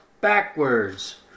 backwards